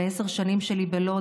בעשר השנים שלי בלוד,